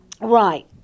Right